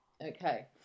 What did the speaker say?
okay